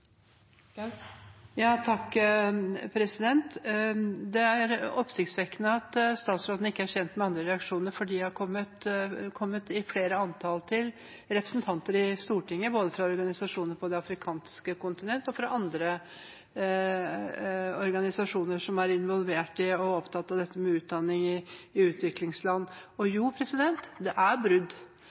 Det er oppsiktsvekkende at statsråden ikke er kjent med andre reaksjoner, for de er kommet i et antall til representanter i Stortinget, både fra organisasjoner på det afrikanske kontinentet og fra andre organisasjoner som er involvert i og opptatt av utdanning i utviklingsland. Jo, det er et brudd. Det er brudd på en moralsk del. Man kan henvise til det juridiske, men det er altså brudd